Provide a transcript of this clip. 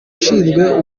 ushinzwe